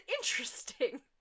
interesting